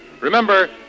Remember